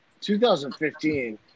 2015